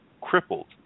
crippled